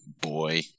Boy